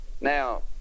now